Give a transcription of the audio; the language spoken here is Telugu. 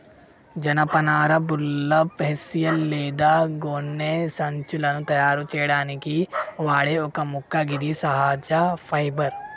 జనపనార బుర్లప్, హెస్సియన్ లేదా గోనె సంచులను తయారు సేయడానికి వాడే ఒక మొక్క గిది సహజ ఫైబర్